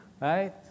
right